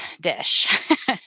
dish